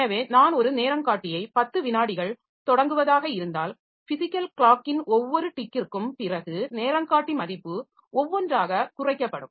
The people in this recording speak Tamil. எனவே நான் ஒரு நேரங்காட்டியை 10 வினாடிகள் தொடங்குவதாக இருந்தால் பிசிகல் க்ளாக்கின் ஒவ்வொரு டிக்கிற்கும் பிறகு நேரங்காட்டி மதிப்பு ஒவ்வொன்றாக குறைக்கப்படும்